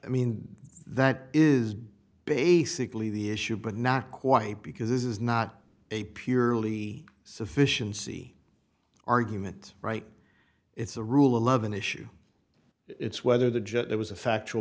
i mean that is basically the issue but not quite because this is not a purely sufficiency argument right it's a rule eleven issue it's whether the judge there was a factual